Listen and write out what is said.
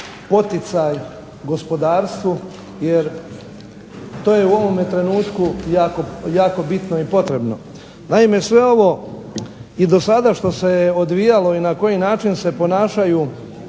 poticaj gospodarstvu jer to je u ovome trenutku jako bitno i potrebno. Naime, sve ovo i do sada što se je odvijalo i na koji način se ponašaju